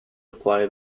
apply